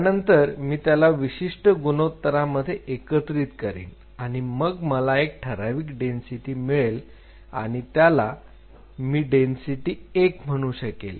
त्यानंतर मी त्याला विशिष्ट गुणोत्तरमध्ये एकत्रित करीन आणि मग मला एक ठराविक डेन्सिटी मिळेल आणि त्याला मी डेन्सिटी 1 म्हणू शकेल